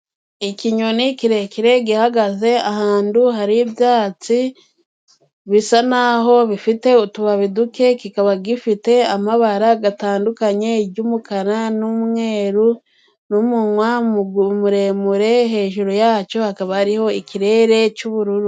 Ikinyoni kirekire gihagaze ahantu hari ibyatsi, bisa naho bifite utubabi duke, kikaba gifite amabara atandukanye y'umukara n'umweru, n'umunwa muremure, hejuru yacyo hakaba hariho ikirere cy'ubururu.